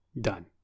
Done